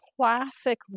classic